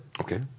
okay